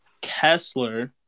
Kessler